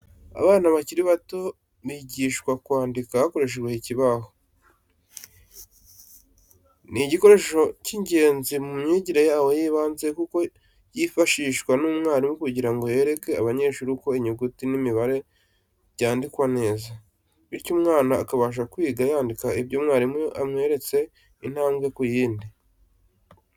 Abana bakiri bato bigishwa kwandika hakoreshejwe ikibaho. Ni igikoresho cy'ingenzi mu myigire yabo y'ibanze kuko cyifashishwa n'umwarimu kugira ngo yereke abanyeshuri uko inyuguti n'imibare byandikwa neza, bityo umwana akabasha kwiga yandika ibyo mwarimu amweretse intambwe ku yindi.